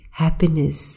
happiness